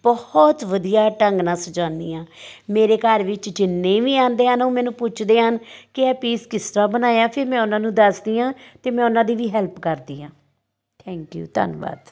ਬਹੁਤ ਵਧੀਆ ਢੰਗ ਨਾਲ ਸਜਾਉਂਦੀ ਹਾਂ ਮੇਰੇ ਘਰ ਵਿੱਚ ਜਿੰਨੇ ਵੀ ਆਉਂਦੇ ਹਨ ਉਹ ਮੈਨੂੰ ਪੁੱਛਦੇ ਹਨ ਕਿ ਇਹ ਪੀਸ ਕਿਸ ਤਰ੍ਹਾਂ ਬਣਾਇਆ ਫਿਰ ਮੈਂ ਉਹਨਾਂ ਨੂੰ ਦੱਸਦੀ ਹਾਂ ਅਤੇ ਮੈਂ ਉਹਨਾਂ ਦੀ ਵੀ ਹੈਲਪ ਕਰਦੀ ਹਾਂ ਥੈਂਕ ਯੂ ਧੰਨਵਾਦ